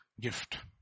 Gift